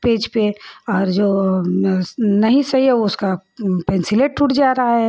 page पर और जो नहीं सही है उसका पेन्सिल ही टूट जा रहा है